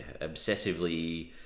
obsessively